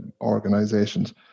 organizations